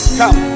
come